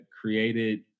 created